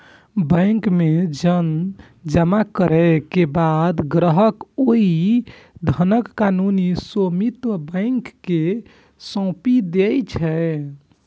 bank मे धन जमा करै के बाद ग्राहक ओइ धनक कानूनी स्वामित्व बैंक कें सौंपि दै छै